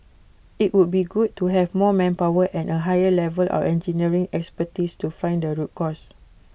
IT would be good to have more manpower and A higher level of engineering expertise to find the root cause